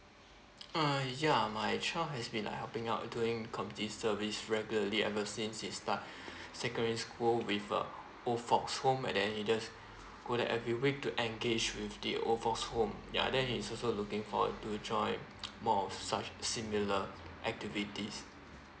uh ya my child has been like helping out doing community service regularly ever since he is start secondary school with uh old folks home and then he just go there every week to engage with the old folks home ya then he is also looking forward to join more of such similar activities